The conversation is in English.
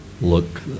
look